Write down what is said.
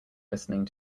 listening